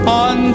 on